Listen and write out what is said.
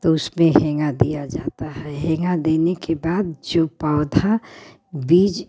तो उसमें हेंगा दिया जाता है हेंगा देने के बाद जो पौधा बीज